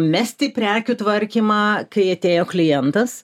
mesti prekių tvarkymą kai atėjo klientas